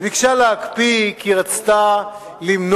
היא ביקשה להקפיא כי היא רצתה למנוע